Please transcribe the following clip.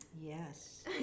Yes